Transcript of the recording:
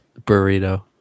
Burrito